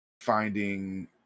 finding